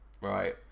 Right